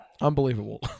Unbelievable